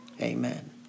Amen